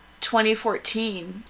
2014